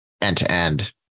end-to-end